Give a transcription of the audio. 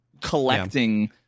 collecting